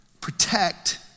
protect